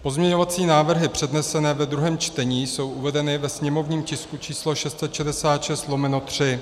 Pozměňovací návrhy přednesené ve druhém čtení jsou uvedeny ve sněmovním tisku číslo 666/3.